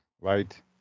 right